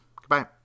Goodbye